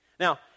Now